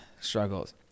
struggles